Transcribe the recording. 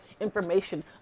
information